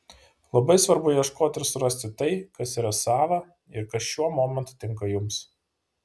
labai svarbu ieškoti ir surasti tai kas yra sava ir kas šiuo momentu tinka jums